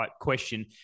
question